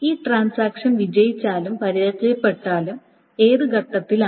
ഈ ട്രാൻസാക്ഷൻ വിജയിച്ചാലും പരാജയപ്പെട്ടാലും ഏത് ഘട്ടത്തിലാണ്